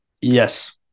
Yes